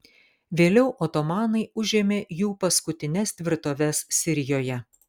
vėliau otomanai užėmė jų paskutines tvirtoves sirijoje